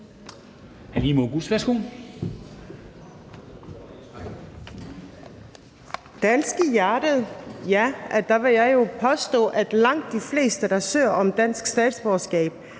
Dansk i hjertet – ja, der vil jeg også påstå, at langt de fleste, der søger om dansk statsborgerskab,